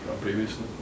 previously